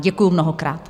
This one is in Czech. Děkuju mnohokrát.